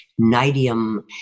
nidium